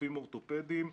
רופאים אורתופדיים.